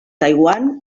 taiwan